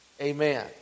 Amen